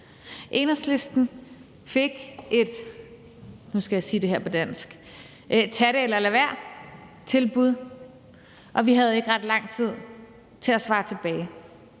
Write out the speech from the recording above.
på dansk – tag det eller lad være-tilbud, og vi havde ikke ret lang tid til at svare tilbage.